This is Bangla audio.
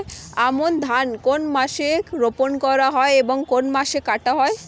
আমন ধান কোন মাসে রোপণ করা হয় এবং কোন মাসে কাটা হয়?